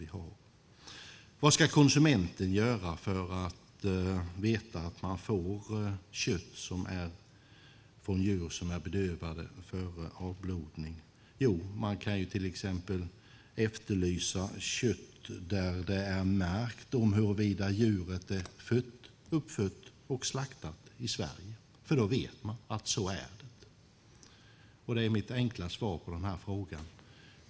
Vad ska man som konsument göra för att veta att man får kött från djur som är bedövade före avblodning? Jo, man kan till exempel efterlysa kött med märkning om att djuret är uppfött och slaktat i Sverige, för då vet man att så är det. Det är mitt enkla svar på frågan.